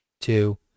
two